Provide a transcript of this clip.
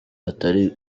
atari